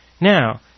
Now